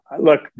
Look